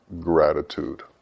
gratitude